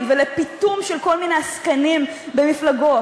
ולפיטום של כל מיני עסקנים במפלגות.